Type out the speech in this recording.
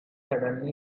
suddenly